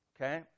Okay